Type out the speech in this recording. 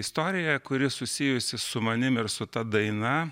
istorija kuri susijusi su manimi ir su ta daina